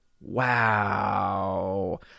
Wow